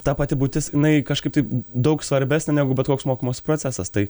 ta pati būtis inai kažkaip tai daug svarbesnė negu bet koks mokymosi procesas tai